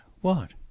What